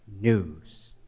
news